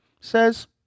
says